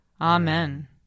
Amen